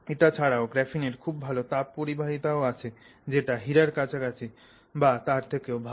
এটা ছাড়াও গ্রাফিনের খুব ভালো তাপ পরিবাহিতা আছে যেটা হীরার কাছাকাছি বা তার থেকেও ভালো